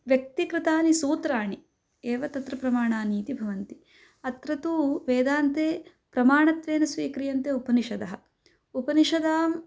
व्यक्तिकृतानि सूत्राणि एव तत्र प्रमाणानि इति भवन्ति अत्र तु वेदान्ते प्रमाणत्वेन स्वीक्रियन्ते उपनिषदः उपनिषदाम्